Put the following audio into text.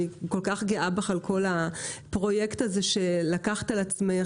אני כל כך גאה בך על כל הפרויקט הזה שלקחת על עצמך.